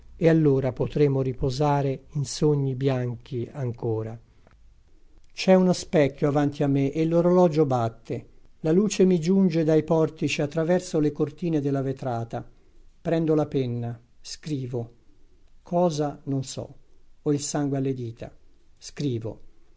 e allora potremo riposare in sogni bianchi ancora c'è uno specchio avanti a me e l'orologio batte la luce mi giunge dai portici a traverso le cortine della vetrata prendo la penna scrivo cosa non so ho il sangue alle dita scrivo